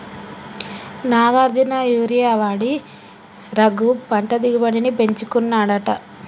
Nagarjuna urea వాడి రఘు పంట దిగుబడిని పెంచుకున్నాడట